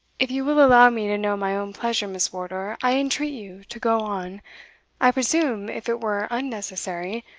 if you will allow me to know my own pleasure, miss wardour, i entreat you to go on i presume, if it were unnecessary,